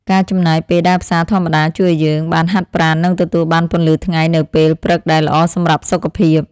ការចំណាយពេលដើរផ្សារធម្មតាជួយឱ្យយើងបានហាត់ប្រាណនិងទទួលបានពន្លឺថ្ងៃនៅពេលព្រឹកដែលល្អសម្រាប់សុខភាព។